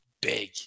big